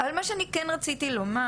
אבל מה שאני כן רציתי לומר,